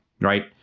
right